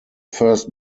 first